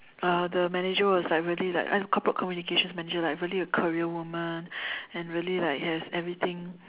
uh the manager was like really like the corporate communication manager like really like a career woman and really like has everything